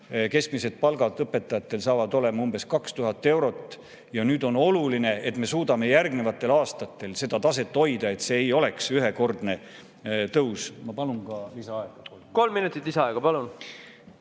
keskmine palk saab olema umbes 2000 eurot. On oluline, et me suudaksime järgnevatel aastatel seda taset hoida, et see ei oleks ühekordne tõus. Ma palun ka lisaaega. Kolm minutit lisaaega, palun!